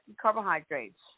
carbohydrates